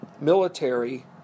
military